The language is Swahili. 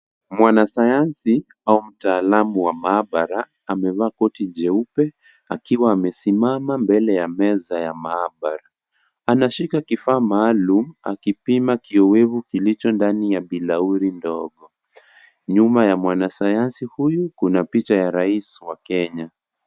Mwanasayansi au mtaalamu wa mahabara amevaa koti jeupe akiwa amesimama mbele ya meza ya mahabara ameshika kifaa maalum akipima kiwevu kilicho ndani ya bilauari ndogo. Nyuma ya mwanasayansi huyu kuna picha ya rais ya Kenya.